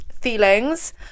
feelings